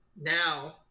now